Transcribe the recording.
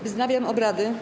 Wznawiam obrady.